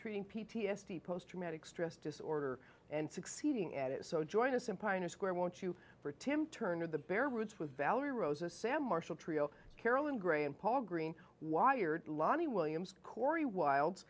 treating p t s d post traumatic stress disorder and succeeding at it so join us in pioneer square won't you for tim turner the bear was with valerie rose a sam marshall trio carolyn gray and paul green wired lani williams corey wild